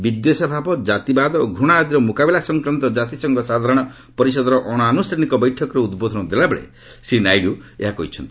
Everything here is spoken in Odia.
ବିଦ୍ୱେଷଭାବ କ୍କାତିବାଦ ଓ ଘୁଣା ଆଦିର ମୁକାବିଲା ସଂକ୍ରାନ୍ତ ଜାତିସଂଘ ସାଧାରଣ ପରିଷଦର ଅଶଆନୁଷ୍ଠାନିକ ବୈଠକରେ ଉଦ୍ବୋଧନ ଦେଲାବେଳେ ଶ୍ରୀ ନାଇଡୁ ଏହା କହିଛନ୍ତି